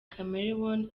chameleone